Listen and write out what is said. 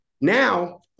Now